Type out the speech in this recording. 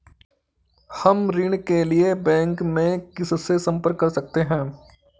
हम ऋण के लिए बैंक में किससे संपर्क कर सकते हैं?